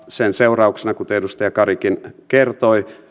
sen seurauksena kuten edustaja karikin kertoi